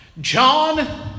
John